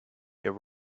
there